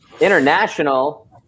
international